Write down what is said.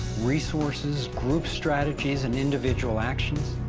resources, group strategies and individual actions,